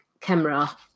camera